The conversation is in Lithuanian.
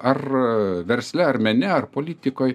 ar versle ar mene ar politikoj